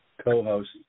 co-host